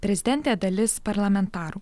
prezidentė dalis parlamentarų